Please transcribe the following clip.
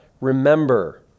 remember